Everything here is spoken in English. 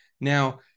Now